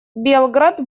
белград